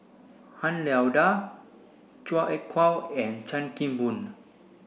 Han Lao Da Chua Ek Kay and Chan Kim Boon